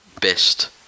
best